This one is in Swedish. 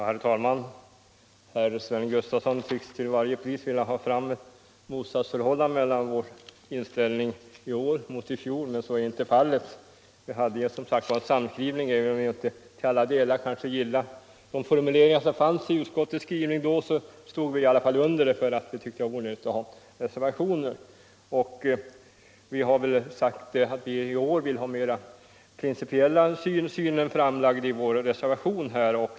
Herr talman! Herr Sven Gustafson i Göteborg tycks till varje pris vilja skapa ett motsatsförhållande mellan vår inställning i år och vår inställning i fjol. Men något sådant motsatsförhållande finns inte. Även om vi kanske inte till alla delar gillade formuleringarna i utskottets skrivning, stod vi i alla fall för utskottets hemställan förra året, eftersom vi ansåg det onödigt med reservationer. I år har vi emellertid velat ha vår principiella syn framlagd i en reservation.